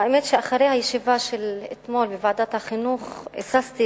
האמת היא שאחרי הישיבה של אתמול בוועדת החינוך היססתי